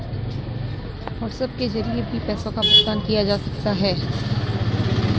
WhatsApp के जरिए भी पैसों का भुगतान किया जा सकता है